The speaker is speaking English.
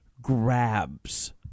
grabs